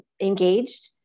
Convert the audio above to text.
engaged